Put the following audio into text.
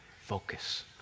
focus